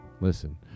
Listen